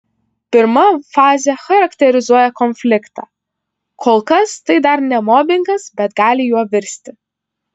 pirma fazė charakterizuoja konfliktą kol kas tai dar ne mobingas bet gali juo virsti